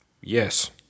Yes